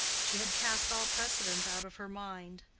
she had cast all precedent out of her mind.